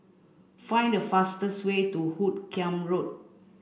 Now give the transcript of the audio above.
find the fastest way to Hoot Kiam Road